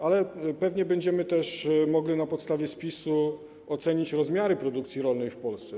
Ale pewnie będziemy też mogli na podstawie spisu ocenić rozmiary produkcji rolnej w Polsce.